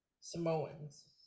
Samoans